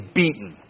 beaten